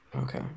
Okay